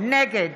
נגד